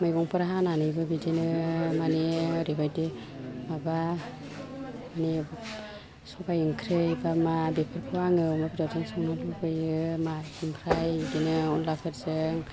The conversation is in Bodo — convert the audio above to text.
मैगंफोर हानानैबो बिदिनो माने ओरैबायदि माबानि सबाय ओंख्रि बा मा बेफोरखौ आङो अमा बेदरजों संनो लुगैयो ओमफ्राय बिदिनो अनलाफोरजों